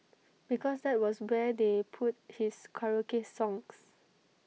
because that was where they put his karaoke songs